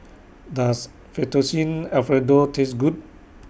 Does Fettuccine Alfredo Taste Good